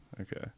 Okay